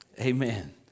Amen